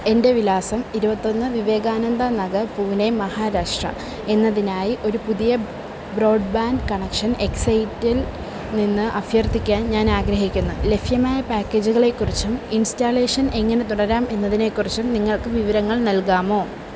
എൻ്റെ വിലാസം ഇരുപത്തൊന്ന് വിവേകാനന്ദ നഗർ പൂനെ മഹാരാഷ്ട്ര എന്നതിനായി ഒരു പുതിയ ബ്രോഡ്ബാൻഡ് കണക്ഷൻ എക്സൈറ്റിൽ നിന്ന് അഭ്യർത്ഥിക്കാൻ ഞാൻ ആഗ്രഹിക്കുന്നു ലഭ്യമായ പാക്കേജുകളെക്കുറിച്ചും ഇൻസ്റ്റാളേഷൻ എങ്ങനെ തുടരാം എന്നതിനെക്കുറിച്ചും നിങ്ങൾക്ക് വിവരങ്ങൾ നൽകാമോ